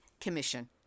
Commission